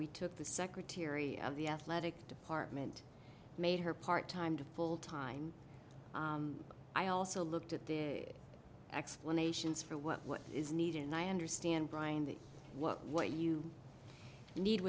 we took the secretary of the athletic department made her part time to full time i also looked at the explanations for what is needed and i understand brian that what you need